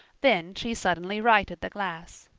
then she suddenly righted the glass.